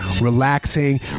relaxing